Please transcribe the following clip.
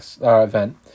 event